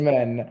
Man